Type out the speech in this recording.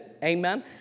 Amen